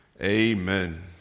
Amen